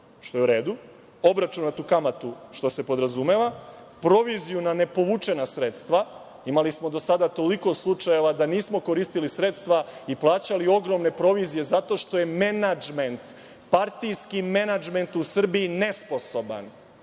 što je u redu, obračunatu kamatu, što se podrazumeva, proviziju na nepovučena sredstva. Imali smo do sada toliko slučajeva da nismo koristili sredstva i plaćali ogromne provizije zato što je partijski menadžment u Srbiji nesposoban